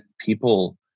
people